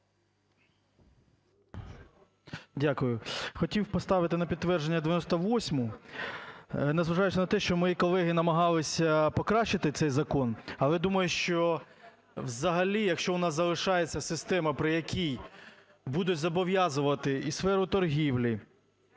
Дякую. Хотів поставити на підтвердження 98-у, незважаючи на те, що мої колеги намагалися покращити цей закон, але думаю, що взагалі, якщо у нас залишається система, при якій будуть зобов'язувати і сферу торгівлі,